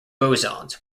bosons